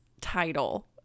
title